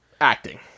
acting